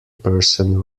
person